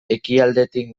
ekialdetik